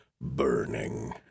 burning